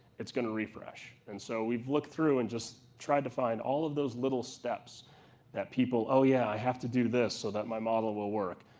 it's going to refresh. and so we've looked through and just tried to find all of those little steps that people, oh, yeah, i have to do this so my model will work.